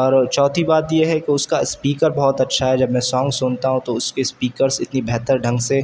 اور چوتھی بات یہ ہے کہ اس کا اسپیکر بہت اچھا ہے جب میں ساؤنڈ سنتا ہوں تو اس کے اسپیکرس اتنے بہتر ڈھنگ سے